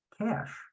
cash